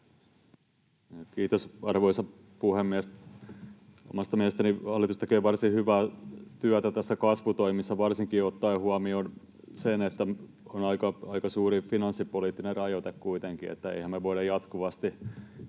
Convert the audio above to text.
Kiitos, arvoisa puhemies! Omasta mielestäni hallitus tekee varsin hyvää työtä kasvutoimissa varsinkin ottaen huomioon sen, että on aika suuri finanssipoliittinen rajoite kuitenkin. Eihän me voida jatkuvasti